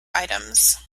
items